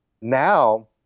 Now